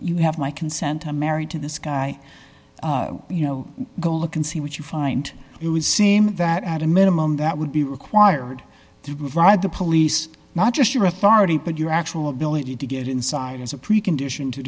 you have my consent i'm married to this guy you know go look and see what you find it would seem that at a minimum that would be required to provide the police not just your authority but your actual ability to get inside as a precondition to